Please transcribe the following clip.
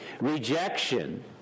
rejection